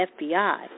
FBI